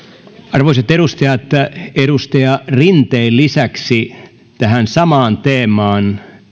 arvoisat edustajat edustaja rinteen lisäksi tästä samasta teemasta